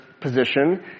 position